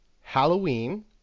Halloween